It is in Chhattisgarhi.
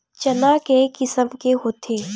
चना के किसम के होथे?